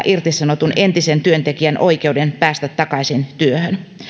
irtisanotun entisen työntekijän oikeuden päästä takaisin työhön